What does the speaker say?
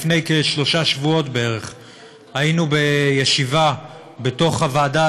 לפני כשלושה שבועות היינו בישיבה בוועדה